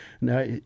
Now